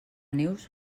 neus